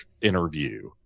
interview